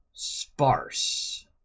sparse